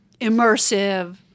immersive